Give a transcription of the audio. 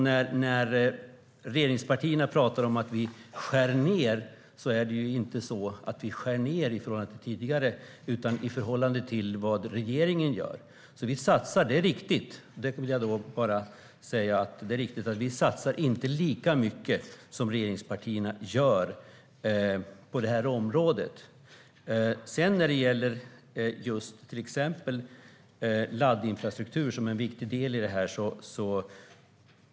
När regeringspartierna talar om att vi skär ned gör vi inte det i förhållande till tidigare budget utan i förhållande till vad regeringen gör. Det är riktigt att vi inte satsar lika mycket som regeringspartierna på detta område. Laddinfrastruktur är en viktig del i detta.